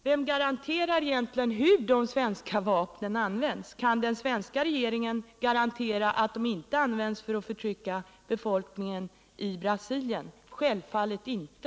Vem garanterar egentligen hur de svenska vapnen används? Kan den svenska regeringen garantera att de inte används för att förtrycka befolkningen i Brasilien? Självfallet inte!